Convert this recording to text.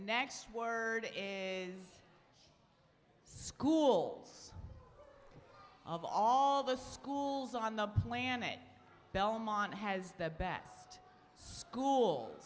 next word in schools of all the schools on the planet belmont has the best school